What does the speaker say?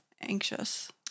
anxious